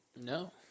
no